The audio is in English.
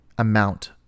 amount